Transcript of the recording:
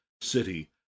city